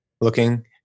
looking